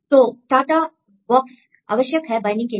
तो TATA box आवश्यक है बाइंडिंग के लिए